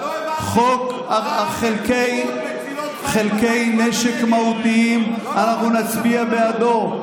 חוק על חלקי משק מהותיים, אנחנו נצביע בעדו.